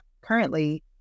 currently